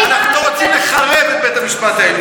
אבל אנחנו לא רוצים לחרב את בית המשפט העליון.